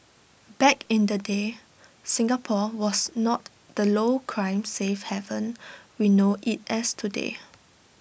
back in the day Singapore was not the low crime safe haven we know IT as today